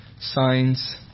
signs